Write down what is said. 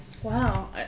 Wow